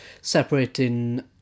separating